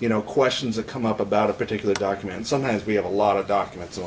you know questions that come up about a particular document sometimes we have a lot of documents